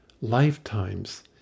lifetimes